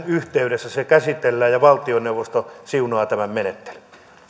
yhteydessä se käsitellään ja valtioneuvosto siunaa tämän menettelyn